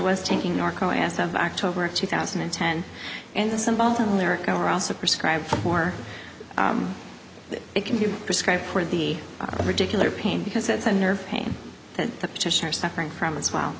was taking norco as of october of two thousand and ten and the symbols on there are also prescribed for it can be prescribed for the particular pain because that's a nerve pain that the petitioner's suffering from as well